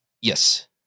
Yes